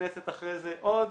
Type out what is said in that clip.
בכנסת אחרי זה עוד,